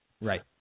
Right